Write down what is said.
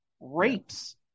rapes